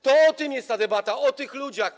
To o tym jest ta debata, o tych ludziach.